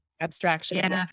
abstraction